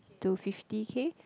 to fifty K